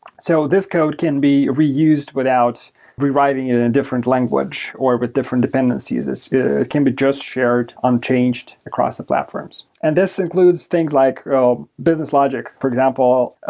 so this code can be reused without rewriting it in a different language, or with different dependencies. it can be just shared unchanged across the platforms. and this includes things like business logic, for example.